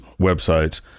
websites